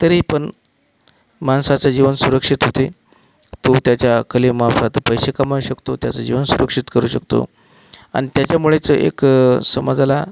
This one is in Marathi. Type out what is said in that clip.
तरी पण माणसाचं जीवन सुरक्षित होते तो त्याच्या कलेमार्फत पैसे कमावू शकतो त्याचं जीवन सुरक्षित करू शकतो आणि त्याच्यामुळेच एक समाजाला